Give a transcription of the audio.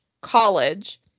college